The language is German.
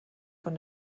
von